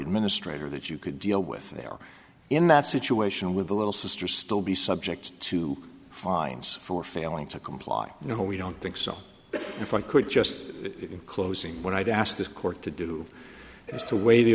administrator that you could deal with there in that situation with a little sister still be subject to fines for failing to comply you know we don't think so but if i could just closing what i'd asked the court to do is to weigh the